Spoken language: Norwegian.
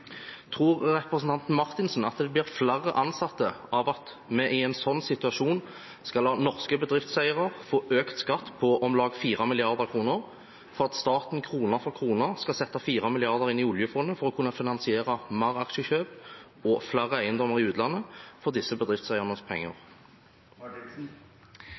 Tror representanten Marthinsen at det blir flere ansatte av at vi i en slik situasjon skal la norske bedriftseiere få økt skatt på om lag 4 mrd. kr, for at staten – krone for krone – skal sette 4 mrd. kr inn i oljefondet, for å kunne finansiere flere aksjekjøp og flere eiendommer i utlandet med disse bedriftseiernes penger?